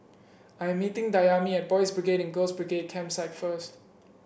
I am meeting Dayami at Boys' Brigade and Girls' Brigade Campsite first